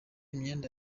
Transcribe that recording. imyenda